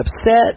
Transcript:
upset